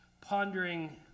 pondering